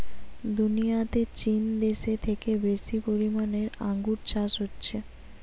দুনিয়াতে চীন দেশে থেকে বেশি পরিমাণে আঙ্গুর চাষ হচ্ছে